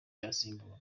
y’abasimbura